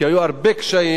כי היו הרבה קשיים.